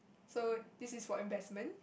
so this is for investment